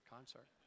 Concert